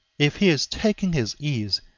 if he is taking his ease,